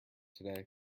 today